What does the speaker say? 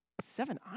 Seven